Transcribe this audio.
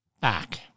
back